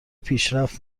پیشرفت